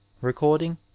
recording